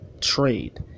trade